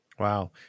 Wow